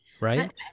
Right